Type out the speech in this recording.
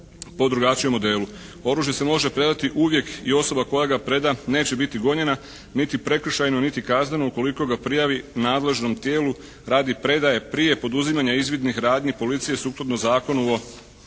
Oružje se može predati uvijek i osoba koja ga preda neće biti gonjena niti prekršajno, niti kazneno ukoliko ga prijavi nadležnom tijelu radi predaje prije poduzimanja izvidnih radnji policije sukladno Zakonu o prekršajima